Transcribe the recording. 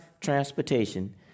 Transportation